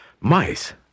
Mice